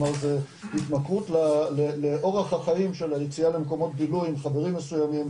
כלומר זה התמכרות לאורך החיים של היציאה למקומות בילוי עם חברים מסוימים